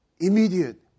immediate